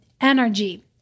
energy